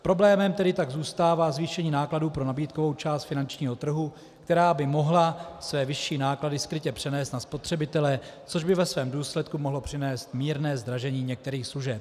Problémem tedy tak zůstává zvýšení nákladů pro nabídkovou část finančního trhu, která by mohla své vyšší náklady skrytě přenést na spotřebitele, což by ve svém důsledku mohlo přinést mírné zdražení některých služeb.